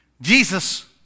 Jesus